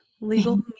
Legal